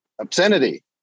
obscenity